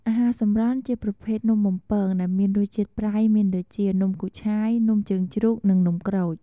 អាហារសម្រន់ជាប្រភេទនំបំពងដែលមានរសជាតិប្រៃមានដូចជា នំគូឆាយ នំជើងជ្រូក និងនំក្រូច។